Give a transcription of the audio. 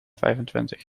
vijfentwintig